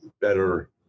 better